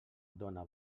dóna